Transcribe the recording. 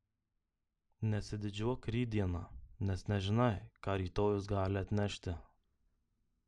nesididžiuok rytdiena nes nežinai ką rytojus gali atnešti